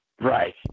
Right